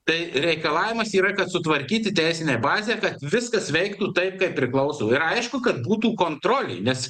tai reikalavimas yra kad sutvarkyti teisinę bazę kad viskas veiktų taip kaip priklauso ir aišku kad būtų kontrolė nes